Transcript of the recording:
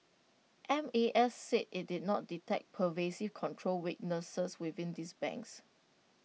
M A S said IT did not detect pervasive control weaknesses within these banks